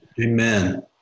Amen